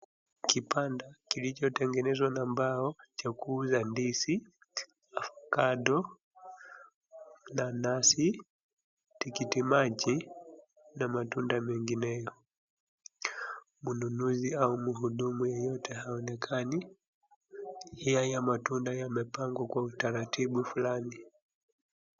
Kibanda kilichotengenezwa na mbao cha kuuza ndizi, ovacado, nanasi, tikitimaji na matunda mengineyo. Mununuzi au mhudumu yoyote haonekani. Hiya ya matunda yamepangwa kwa utaratibu fulani.